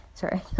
Sorry